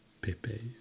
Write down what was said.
Pepe